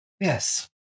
Yes